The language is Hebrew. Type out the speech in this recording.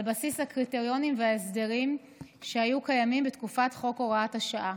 בסיס הקריטריונים וההסדרים שהיו קיימים בתקופת חוק הוראת השעה.